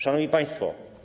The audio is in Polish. Szanowni Państwo!